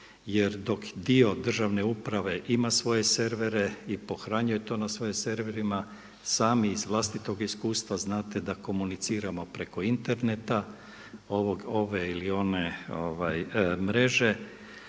Jer dok dio državne uprave ima svoje servere i pohranjuje to na svojim serverima sami iz vlastitog iskustva znate da komuniciramo preko interneta ove ili one mreže,